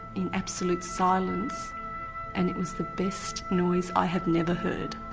in absolute silence and it was the best noise i had never heard.